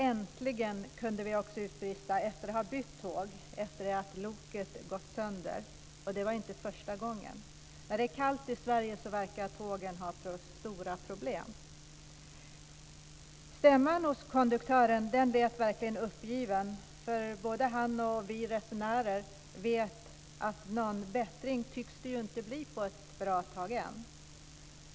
Äntligen, kunde vi också utbrista efter att ha bytt tåg sedan loket gått sönder. Det var inte första gången. När det är kallt i Sverige verkar tågen ha stora problem. Stämman hos konduktören lät verkligen uppgiven. Både han och vi resenärer vet att det inte tycks bli någon bättring på ett bra tag ännu.